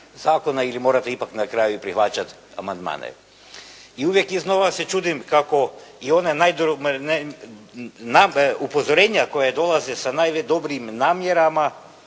zakona ili morate ipak na kraju prihvaćati amandmane. I uvijek iznova se čudim kako i ona upozorenja koja dolaze sa najdobrijim namjerama,